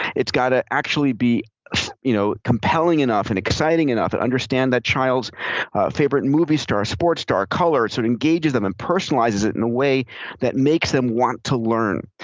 it's got to actually be you know compelling enough and exciting enough and understand that child's favorite movie star, sports star, colors so it engages them and personalizes it in a way that makes them want to learn.